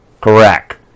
Correct